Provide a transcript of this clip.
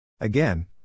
Again